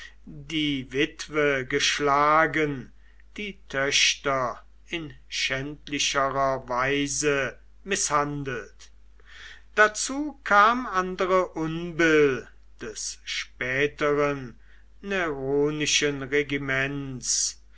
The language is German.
die witwe geschlagen die töchter in schändlicherer weise mißhandelt dazu kam andere unbill des späteren neronischen regiments